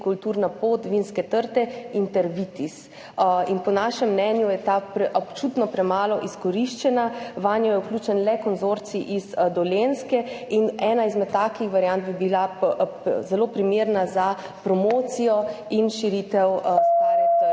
kulturna pot vinske trte Intervitis, ki je po našem mnenju občutno premalo izkoriščena. Vanjo je vključen le konzorcij iz Dolenjske in ena izmed takih variant bi bila zelo primerna za promocijo in širitev stare trte